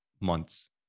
months